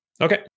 Okay